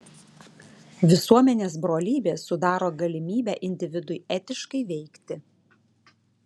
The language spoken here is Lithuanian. visuomenės brolybė sudaro galimybę individui etiškai veikti